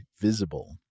Visible